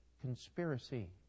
conspiracy